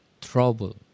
trouble